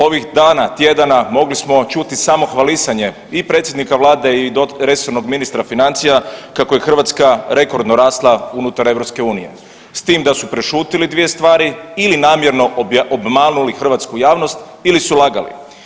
Ovih dana, tjedana, mogli smo čuti samo hvalisanje i predsjednika vlade i resornog ministra financija kako je Hrvatska rekordno rasla unutar EU s tim da su prešutjeli dvije stvari ili namjerno obmanuli hrvatsku javnost ili su lagali.